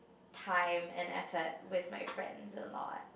time and effort with my friends a lot